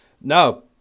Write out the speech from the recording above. No